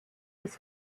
des